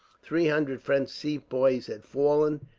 three hundred french sepoys had fallen.